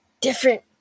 different